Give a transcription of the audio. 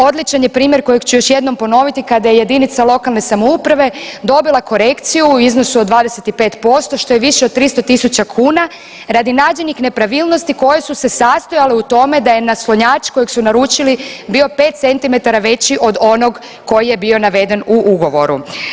Odličan je primjer kojeg ću još jednom ponoviti kada je jedinica lokalne samouprave dobila korekciju u iznosu od 25% što je više od 300.000 kuna radi nađenih nepravilnosti koje su se sastojale u tome da je naslonjač kojeg su naručili bio 5 centimetara veći od onog koji je bio naveden u ugovoru.